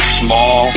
small